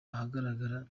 ahagaragara